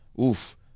Oof